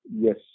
yes